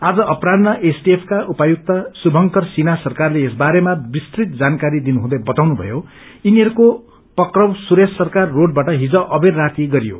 आज अपराहन्न एसऔएफ का उपायुक्त शभङकर सिन्हा सरकारले यस बारेमा विस्तृत जानकारी दिनुहँदै बताउनु भयो कि यिनीहरूको पक्काउ सुरेश्व सरकार रोडबाट हिज अबेर रातीमा गरियो